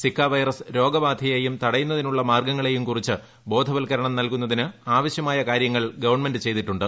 Zika virus രോഗബാധയെയും തടയുന്നതിനുള്ള മാർഗ്ഗങ്ങളെയും കുറിച്ച് ബോധവത്ക്കരണം നല്കുന്നതിന് ആവശ്യമായ കാര്യങ്ങൾ ഗവണ്മെന്റ് ചെയ്തിട്ടുണ്ട്